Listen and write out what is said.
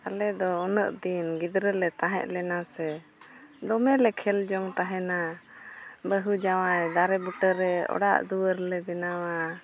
ᱟᱞᱮ ᱫᱚ ᱩᱱᱟᱹᱜ ᱫᱱ ᱜᱤᱫᱽᱨᱟᱹ ᱞᱮ ᱛᱟᱦᱮᱸ ᱞᱮᱱᱟ ᱥᱮ ᱫᱚᱢᱮ ᱞᱮ ᱠᱷᱮᱹᱞ ᱡᱚᱝ ᱛᱟᱦᱮᱱᱟ ᱵᱟᱹᱦᱩ ᱡᱟᱶᱟᱭ ᱫᱟᱨᱮ ᱵᱩᱴᱟᱹᱨᱮ ᱚᱲᱟᱜ ᱫᱩᱣᱟᱹᱨ ᱞᱮ ᱵᱮᱱᱟᱣᱟ